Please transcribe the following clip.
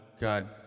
God